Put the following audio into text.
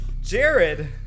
Jared